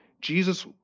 Jesus